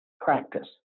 practice